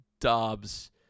dobbs